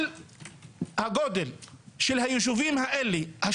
הגודל של הישובים האלה,